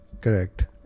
Correct